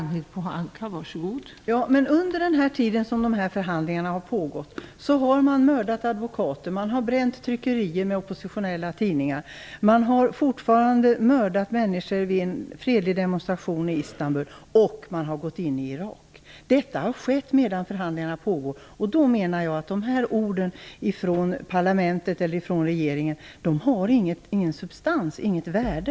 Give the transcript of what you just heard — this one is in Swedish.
Fru talman! Under den tid som förhandlingarna har pågått har man mördat advokater, bränt tryckerier med oppositionella tidningar, man har mördat människor vid en fredlig demonstration i Istanbul och man har gått in i Irak. Detta ha skett medan förhandlingarna har pågått. Då menar jag att orden från regeringen inte har någon substans, inte något värde.